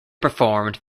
performed